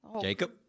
Jacob